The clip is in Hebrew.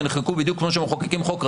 שנחקקו בדיוק כמו שמחוקקים חוק רגיל,